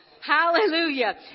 Hallelujah